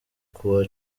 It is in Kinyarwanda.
kuwa